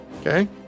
Okay